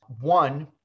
One